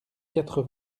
quatre